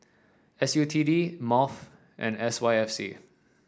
S U T D MOF and S Y F C